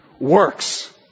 works